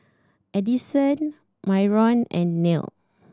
Addyson Myron and Nell